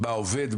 מה עובד,